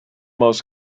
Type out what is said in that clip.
most